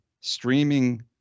streaming